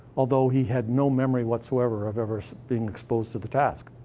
although he had no memory whatsoever of ever being exposed to the task.